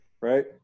right